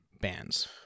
bands